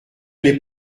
n’est